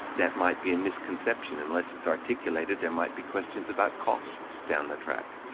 that might be a misconception. unless it's articulated, there might be questions about costs down the track,